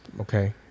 okay